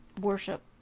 worship